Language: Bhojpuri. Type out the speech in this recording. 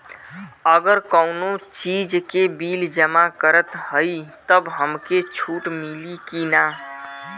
अगर कउनो चीज़ के बिल जमा करत हई तब हमके छूट मिली कि ना?